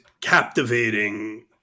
captivating